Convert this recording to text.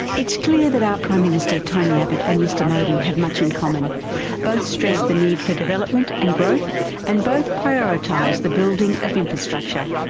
it's clear that our prime minister tony abbott and mr modi have much in common both stress the need for development and growth and both prioritise the building of infrastructure.